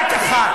רק אחת?